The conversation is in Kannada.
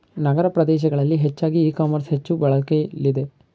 ನಗರ ಪ್ರದೇಶಗಳಲ್ಲಿ ಹೆಚ್ಚಾಗಿ ಇ ಕಾಮರ್ಸ್ ಹೆಚ್ಚು ಬಳಕೆಲಿದೆ